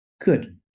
good